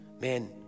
man